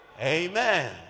Amen